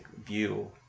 view